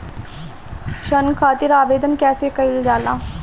ऋण खातिर आवेदन कैसे कयील जाला?